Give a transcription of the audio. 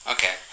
Okay